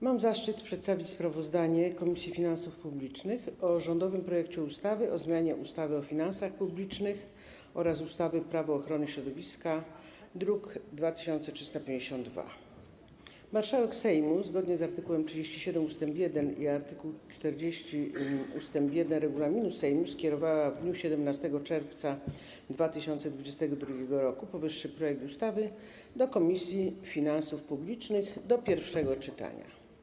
Mam zaszczyt przedstawić sprawozdanie Komisji Finansów Publicznych dotyczące rządowego projektu ustawy o zmianie ustawy o finansach publicznych oraz ustawy - Prawo ochrony środowiska, druk nr 2352. Marszałek Sejmu, zgodnie z art. 37 ust. 1 i art. 40 ust. 1 regulaminu Sejmu, skierowała w dniu 17 czerwca 2022 r. powyższy projekt ustawy do Komisji Finansów Publicznych do pierwszego czytania.